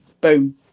boom